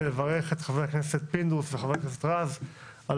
ולברך את חבר הכנסת פינדרוס ואת חבר הכנסת רז על